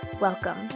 welcome